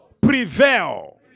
prevail